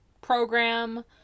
program